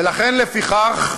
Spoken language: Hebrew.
ולכן, לפיכך,